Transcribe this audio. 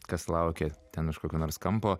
kas laukia ten iš kokio nors kampo